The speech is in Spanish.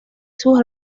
sus